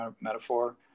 metaphor